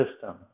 system